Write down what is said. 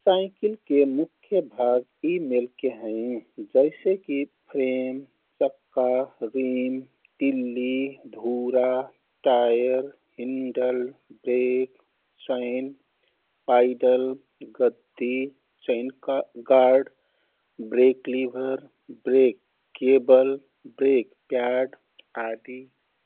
साइकिलके मुख्य भाग यी मेलके हैँ। जैसेकि फ्रेम, चक्का, रिम, तिल्ली, धुरा, टायर, हिन्डल, ब्रेक, चैन, पाइडल, गददी, chain guard, brake lever, brake cable, brake pad आदि।